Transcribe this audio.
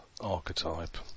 archetype